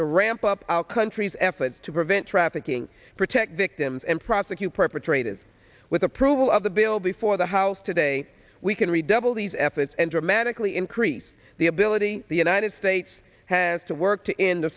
to ramp up our country's efforts to prevent trafficking protect victims and prosecute perpetrators with approval of the bill before the house today we can redouble these efforts and dramatically increase the ability the united states has to work